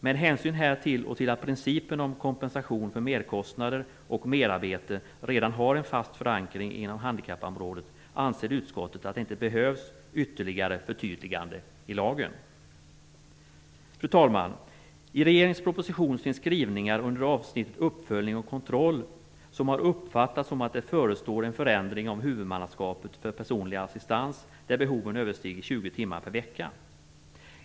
Med hänsyn härtill och till att principen om kompensation för merkostnader och merarbete redan har en fast förankring inom handikappområdet anser utskottet att det inte behövs något ytterligare förtydligande i lagen. Fru talman! I regeringens proposition finns skrivningar under avsnittet Uppföljning och kontroll som har uppfattats som att det förestår en förändring av huvudmannaskapet för personlig assistans där behovet överstiger 20 timmar per vecka.